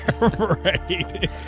Right